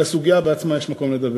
על הסוגיה בעצמה יש מקום לדבר.